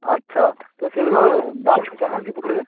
আচ্ছা তো সেগুলো দাম কেমন কী পড়বে